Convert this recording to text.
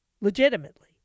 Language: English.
legitimately